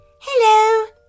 Hello